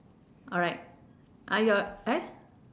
alright ah your eh